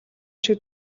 шиг